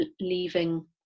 leaving